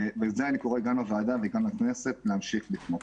ובזה אני קורא גם לכנסת וגם לוועדה להמשיך לתמוך.